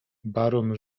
baron